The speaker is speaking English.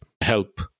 help